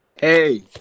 Hey